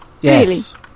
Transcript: Yes